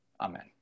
Amen